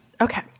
Okay